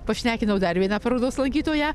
pašnekinau dar vieną parodos lankytoją